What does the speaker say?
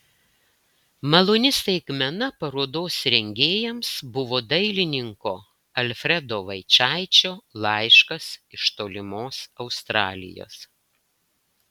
maloni staigmena parodos rengėjams buvo dailininko alfredo vaičaičio laiškas iš tolimos australijos